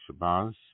Shabazz